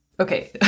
Okay